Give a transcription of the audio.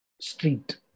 street